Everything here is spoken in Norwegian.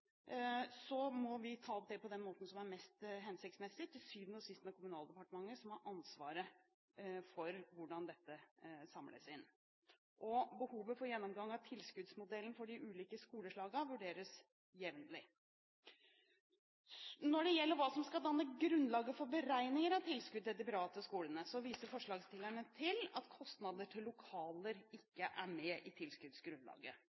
må vi ta opp det på den måten som er mest hensiktsmessig – til syvende og sist med Kommunaldepartementet, som har ansvaret for hvordan dette samles inn. Behovet for gjennomgang av tilskuddsmodellen for de ulike skoleslagene vurderes jevnlig. Når det gjelder hva som skal danne grunnlaget for beregninger av tilskudd til de private skolene, viser forslagsstillerne til at kostnader til lokaler